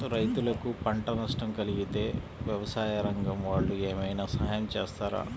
రైతులకు పంట నష్టం కలిగితే వ్యవసాయ రంగం వాళ్ళు ఏమైనా సహాయం చేస్తారా?